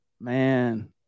man